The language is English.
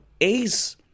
Ace